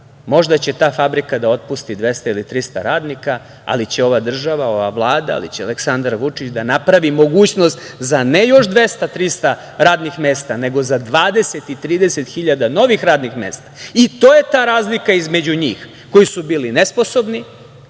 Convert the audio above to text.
Možda će ta fabrika da otpusti 200 ili 300 radnika, ali će ova država, ova Vlada, ali će Aleksandar Vučić da napravi mogućnost za ne još 200, 300 radnih mesta, nego za 20 i 30 hiljada novih radnih mesta.I to je ta razlika između njih, koji su bili nesposobni.